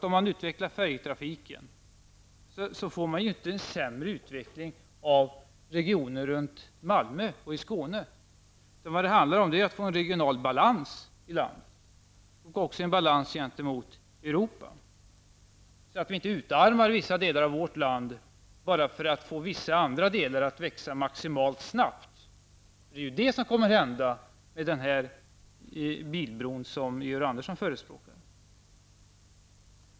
Om man utvecklar färjetrafiken får man ju inte för den skull en sämre utveckling av regionerna runt Malmö och i Skåne. Vad det handlar om är att få en regional balans i landet och en balans gentemot Europa, så att vi inte utarmar vissa delar av vårt land för att få vissa andra delar att växa maximalt snabbt. Det är ju detta som kommer att hända med den bilbro som Georg Andersson förespråkar.